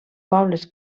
pobles